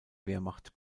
wehrmacht